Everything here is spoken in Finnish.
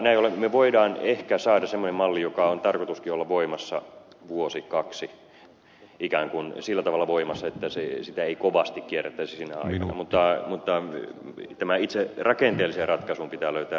näin ollen me voimme ehkä saada semmoisen mallin jonka on tarkoituskin olla voimassa vuosi kaksi ikään kuin sillä tavalla voimassa että sitä ei kovasti kierrettäisi sinä aikana mutta tähän itse rakenteelliseen ratkaisuun pitää löytää